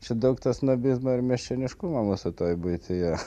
čia daug snobizmo ir miesčioniškumo mūsų toj buityje